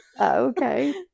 okay